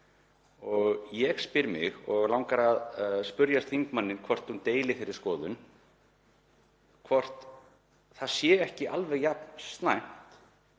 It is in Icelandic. Ég spyr mig, og langar að spyrja þingmanninn hvort hún deili þeirri skoðun, hvort það sé ekki alveg jafn slæmt